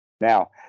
Now